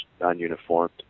non-uniformed